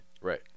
Right